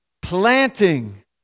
Planting